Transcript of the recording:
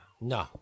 no